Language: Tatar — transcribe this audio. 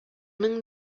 мең